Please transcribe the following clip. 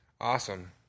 Awesome